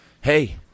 hey